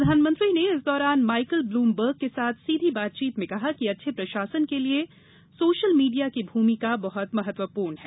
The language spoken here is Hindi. प्रधानमंत्री ने इस दौरान माइकल ब्लूमबर्ग के साथ सीधी बातचीत में कहा कि अच्छे प्रशासन के लिए सोशल मीडिया की भूमिका बहत महत्वपूर्ण है